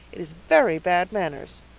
it is very bad manners.